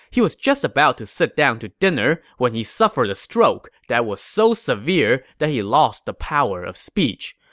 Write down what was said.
he was just about to sit down to dinner when he suffered a stroke that was so severe that he lost the power of speech.